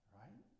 right